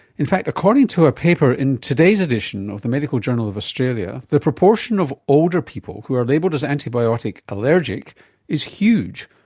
in fact according to a paper in today's edition of the medical journal of australia, the proportion of older people who are labelled as antibiotic allergic is huge,